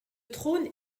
trône